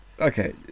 Okay